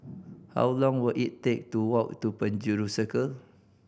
how long will it take to walk to Penjuru Circle